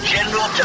General